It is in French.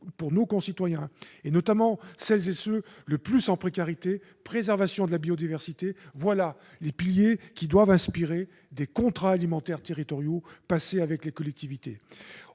pour nos concitoyens, notamment les plus précaires, préservation de la biodiversité, voilà les piliers qui doivent inspirer des contrats alimentaires territoriaux passés avec les collectivités.